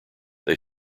they